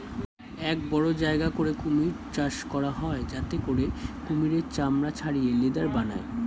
এক বড় জায়গা করে কুমির চাষ করা হয় যাতে করে কুমিরের চামড়া ছাড়িয়ে লেদার বানায়